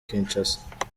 kinshasa